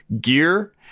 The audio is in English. gear